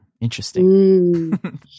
Interesting